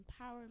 empowerment